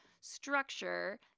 structure